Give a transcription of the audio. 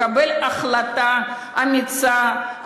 לקבל החלטה אמיצה,